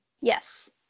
yes